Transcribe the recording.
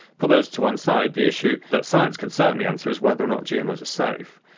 put those to one side, the issue that science can certainly answer is whether or not gmos are safe,